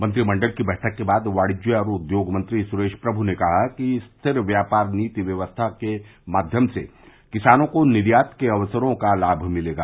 मंत्रिमंडल की बैठक के बाद वाणिज्य और उद्योग मंत्री सुरेश प्रम ने कहा कि स्थिर व्यापार नीति व्यवस्था के माध्यम से किसानों को निर्यात के अवसरों का लाभ मिलेगा